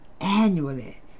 annually